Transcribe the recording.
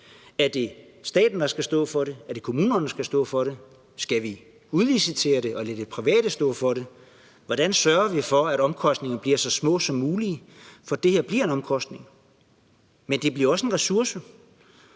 Er det staten, der skal stå for det? Er det kommunerne, der skal stå for det? Skal vi udlicitere det og lade de private stå for det? Hvordan sørger vi for, at omkostningerne bliver så lave som muligt? For det her bliver en omkostning, men det bliver også en ressource.